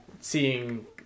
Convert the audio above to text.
seeing